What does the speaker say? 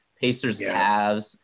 Pacers-Cavs –